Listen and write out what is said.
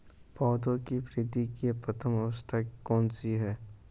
पौधों की वृद्धि की प्रथम अवस्था कौन सी है?